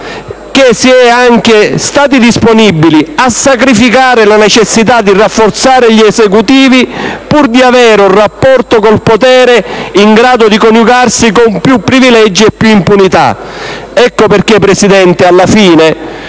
che si è stati anche disponibili a sacrificare le necessità di rafforzare gli Esecutivi pur di avere un rapporto con il potere in grado di coniugarsi con più privilegi e più impunità. Ecco perché, signora Presidente, nel